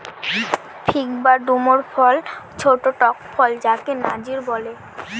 fig বা ডুমুর ফল ছোট্ট টক ফল যাকে নজির বলে